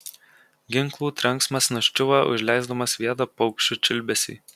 ginklų trenksmas nuščiuvo užleisdamas vietą paukščių čiulbesiui